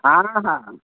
हा हा